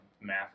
math